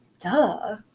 Duh